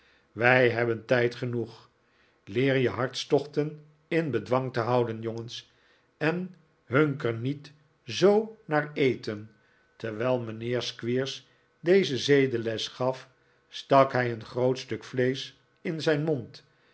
wij hebben tijd genoeg leer je hartstochten in bedwang te houden jongens en hunker niet zoo naar eten terwijl mijnheer squeers deze zedenles gaf stak hij een groot stuk vleesch in zijn mond